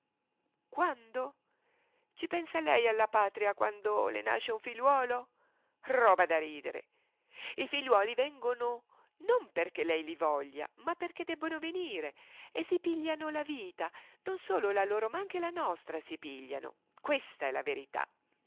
quando ci pensa lei alla patria quando le nasce un figliuolo roba da ridere i figliuoli vengono non perché lei li voglia ma perché debbono venire e si pigliano la vita non solo la loro ma anche la nostra si pigliano questa è la verità